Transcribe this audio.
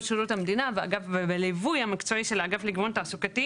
שירות המדינה בליווי המקצועי של אגף לגיוון תעסוקתי.